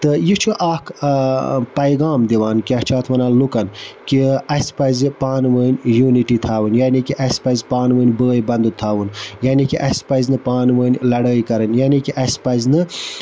تہٕ یہِ چھُ اکھ پیغام دِوان کیاہ چھِ اتھ وَنان لُکَن کہِ اَسہِ پَزِ پانہٕ ؤنۍ یوٗنِٹی تھاوٕنۍ یعنی کہِ اَسہِ پَزِ پانہٕ ؤنۍ بٲے بنٛدُت تھاوُن یعنی کہِ اَسہِ پَزِ نہٕ پانہٕ ؤنۍ لَڑٲے کَرٕنۍ یعنی کہِ اَسہِ پَزِ نہٕ